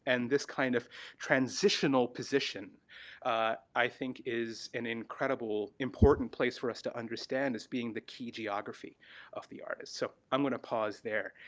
and this kind of transitional position i think is an incredible important place for us to understand as being the key geography of the artists, so i'm gonna pause there,